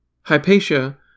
Hypatia